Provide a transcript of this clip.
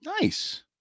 Nice